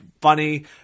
funny